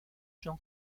jean